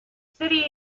city